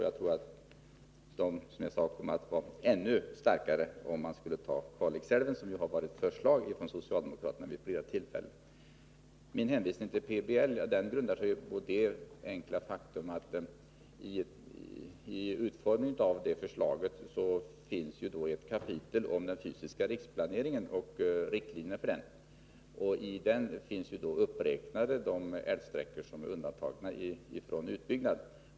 Jag tror att dessa, som jag sade, skulle bli ännu kraftigare om man gav sig på Kalixälven, vilket ju socialdemokraterna föreslagit vid flera tillfällen. Min hänvisning till planoch bygglagen grundar sig på det enkla faktum att man vid utformningen av förslaget tog med ett kapitel om den fysiska riksplaneringen och riktlinjerna för denna. Där räknar man upp de älvsträckor som undantas från utbyggnad.